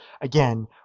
again